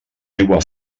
aigua